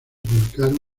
publicaron